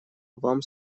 вам